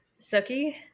Suki